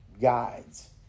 guides